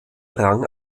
rang